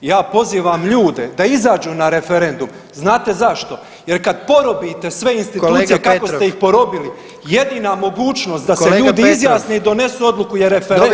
I ja pozivam ljude da izađu na referendum, znate zašto jer kad porobite sve institucije kako ste ih porobili [[Upadica: Kolega Petrov.]] jedina mogućnost da se ljudi izjasne i donesu odluku je referendum.